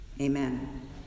Amen